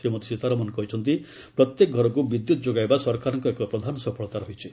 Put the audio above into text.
ଶ୍ରୀମତୀ ସୀତାରମଣ କହିଛନ୍ତି ପ୍ରତ୍ୟେକ ଘରକୁ ବିଦ୍ୟୁତ୍ ଯୋଗାଇବା ସରକାରଙ୍କର ଏକ ପ୍ରଧାନ ସଫଳତା ରହିଛି